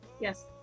yes